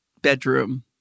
bedroom